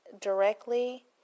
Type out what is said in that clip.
directly